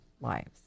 lives